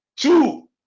Two